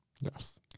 Yes